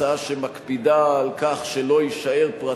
הצעה שמקפידה על כך שלא יישאר פרט,